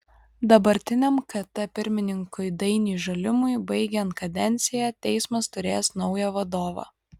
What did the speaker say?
dabartiniam kt pirmininkui dainiui žalimui baigiant kadenciją teismas turės naują vadovą